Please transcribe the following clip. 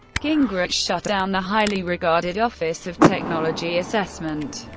gingrich shut down the highly regarded office of technology assessment,